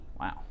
Wow